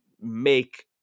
make